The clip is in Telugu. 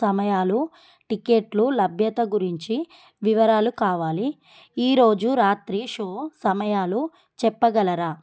సమయాలు టికెట్లు లభ్యత గురించి వివరాలు కావాలి ఈరోజు రాత్రి షో సమయాలు చెప్పగలరా